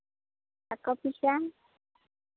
ᱟᱨ ᱠᱚᱯᱤ ᱪᱟ